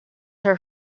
her